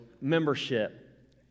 membership